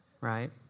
right